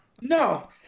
No